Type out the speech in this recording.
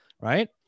Right